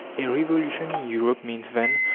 a revolution in europe means, then,